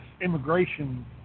immigration